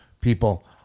people